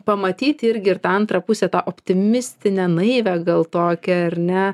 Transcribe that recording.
pamatyti irgi ir tą antrą pusę tą optimistinę naivią gal tokią ar ne